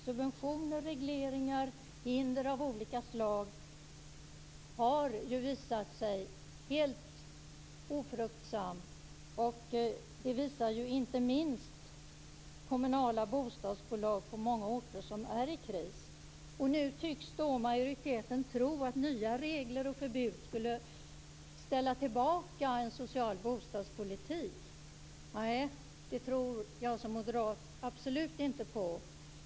Subventioner, regleringar, hinder av olika slag har visat sig helt ofruktsamma. Det visar inte minst kommunala bostadsbolag på många orter som är i kris. Nu tycks majoriteten tro att nya regler och förbud skulle föra tillbaka en social bostadspolitik. Nej, det tror jag som moderat absolut inte på.